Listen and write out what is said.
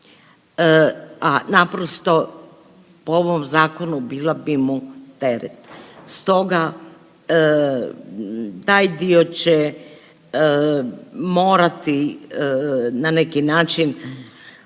a naprosto po ovom zakonu bila bi mu teret. Stoga taj dio će morati na neki način